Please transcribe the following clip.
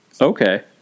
Okay